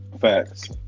Facts